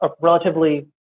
relatively